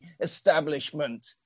establishment